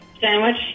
sandwich